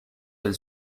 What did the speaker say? del